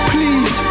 Please